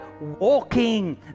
walking